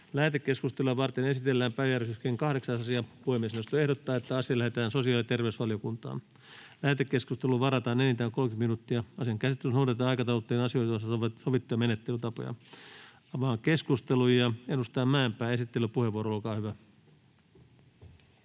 Lähetekeskustelua varten esitellään päiväjärjestyksen 8. asia. Puhemiesneuvosto ehdottaa, että asia lähetetään sosiaali‑ ja terveysvaliokuntaan. Lähetekeskusteluun varataan enintään 30 minuuttia. Asian käsittelyssä noudatetaan aikataulutettujen asioiden osalta sovittuja menettelytapoja. Avaan keskustelun. — Edustaja Mäenpää, esittelypuheenvuoro, olkaa hyvä.